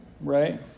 right